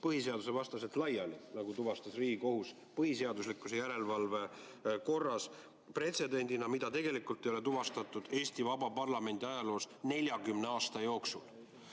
põhiseadusvastaselt laiali, nagu tuvastas Riigikohus põhiseaduslikkuse järelevalve korras pretsedendina. Sellist asja ei ole tuvastatud Eesti vaba parlamendi ajaloos 40 aasta jooksul.